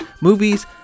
movies